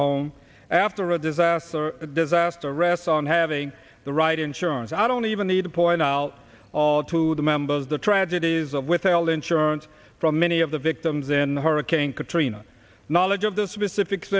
home after a disaster disaster rests on having the right insurance i don't even need to point out all to the members the tragedies of withheld insurance from many of the victims in the hurricane katrina knowledge of the specifics